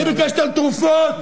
אני ביקשתי על תרופות.